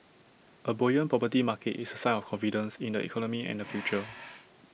A buoyant property market is A sign of confidence in the economy and the future